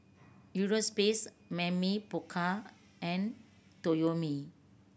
Europace Mamy Poko and Toyomi